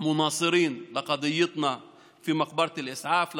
תומכים בעמדתנו בנוגע לבית קברות אל-אסעאף.